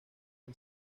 del